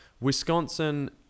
Wisconsin